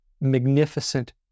magnificent